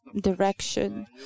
direction